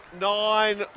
nine